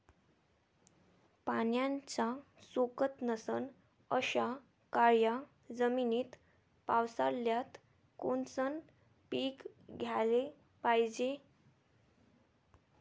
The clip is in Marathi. पाण्याचा सोकत नसन अशा काळ्या जमिनीत पावसाळ्यात कोनचं पीक घ्याले पायजे?